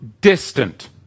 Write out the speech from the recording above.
distant